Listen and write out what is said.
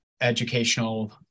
educational